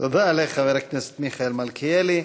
תודה לחבר הכנסת מיכאל מלכיאלי.